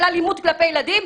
של אלימות כלפי ילדים,